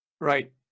Right